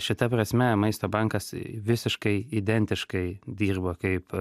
šita prasme maisto bankas visiškai identiškai dirba kaip